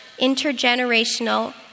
intergenerational